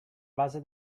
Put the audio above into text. base